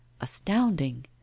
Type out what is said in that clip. Astounding